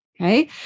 Okay